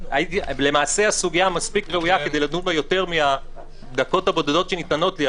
למעשה הסוגיה מספיק ראויה כדי לדון בה יותר מהדקות הבודדות שניתנות לי,